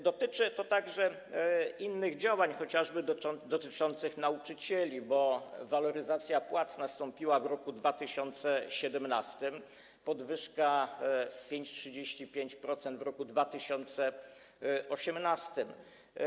Dotyczy to także innych działań, chociażby dotyczących nauczycieli, bo waloryzacja płac nastąpiła w roku 2017, a podwyżka 5,35% - w roku 2018.